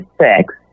six